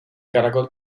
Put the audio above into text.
caracol